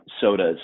sodas